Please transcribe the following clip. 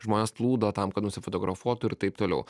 žmonės plūdo tam kad nusifotografuotų ir taip toliau